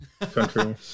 country